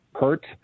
hurt